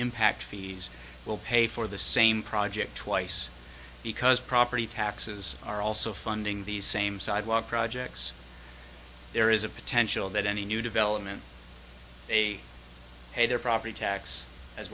impact fees will pay for the same project twice because property taxes are also funding these same sidewalk projects there is a potential that any new development they pay their property tax as